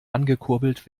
angekurbelt